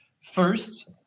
First